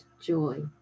joy